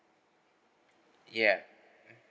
ya